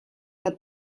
bat